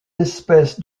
espèces